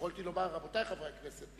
יכולתי לומר "רבותי חברי הכנסת".